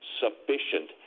sufficient